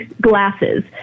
glasses